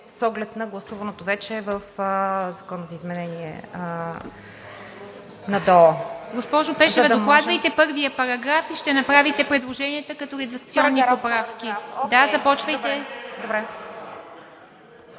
с оглед на гласуваното вече в Закона за изменение на ДОО. ПРЕДСЕДАТЕЛ ИВА МИТЕВА: Госпожо Пешева, докладвайте първия параграф и ще направите предложенията като редакционни поправки. Докладвайте